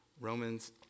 Romans